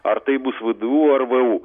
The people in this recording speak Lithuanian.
ar tai bus vdu ar vu